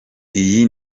iyi